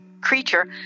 creature